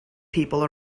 people